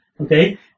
okay